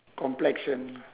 complexion